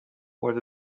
where